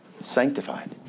Sanctified